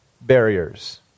barriers